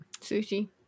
Sushi